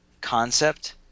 concept